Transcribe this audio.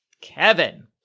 Kevin